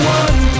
one